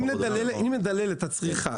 אם נדלל את הצריכה,